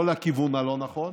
לא לכיוון הלא-נכון,